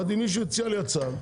אמרתי שמישהו הציע לי הצעה,